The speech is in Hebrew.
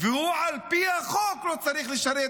והוא על פי החוק לא צריך לשרת,